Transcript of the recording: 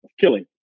killing